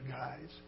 guys